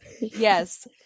yes